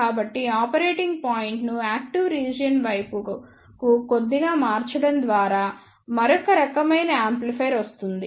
కాబట్టి ఆపరేటింగ్ పాయింట్ను active region వైపుకు కొద్దిగా మార్చడం ద్వారా మరొక రకమైన యాంప్లిఫైయర్ వస్తుంది